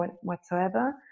whatsoever